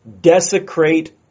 desecrate